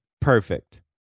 Perfect